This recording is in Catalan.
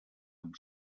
amb